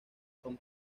son